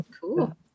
cool